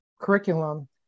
curriculum